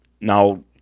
Now